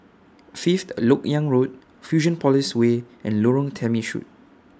Fifth Lok Yang Road Fusionopolis Way and Lorong Temechut